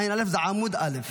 ע"א זה עמוד א'.